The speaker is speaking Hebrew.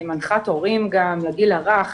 אני מנחת הורים לגיל הרך,